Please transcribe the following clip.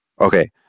okay